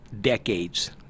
decades